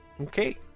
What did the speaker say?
Okay